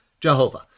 Jehovah